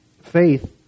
faith